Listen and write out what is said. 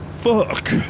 Fuck